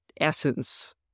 essence